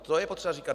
To je třeba říkat.